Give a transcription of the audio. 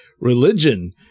religion